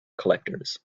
collectors